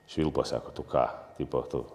švilpa sako tu ką tipo tu